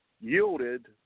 yielded